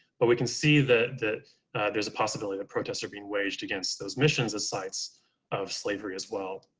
but we can see that that there's a possibility that protests are being waged against those missions as sites of slavery as well.